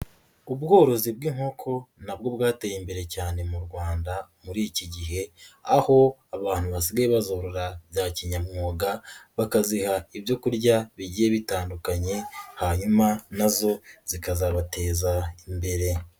Ubworozi bw'inkoko nabwo bwateye imbere cyane mu Rwanda muri iki gihe, aho abantu basigaye bazorora bya kinyamwuga bakaziha ibyokurya bigiye bitandukanye hanyuma nazo zikazabateza imbere.